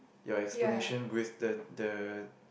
your explanation with the the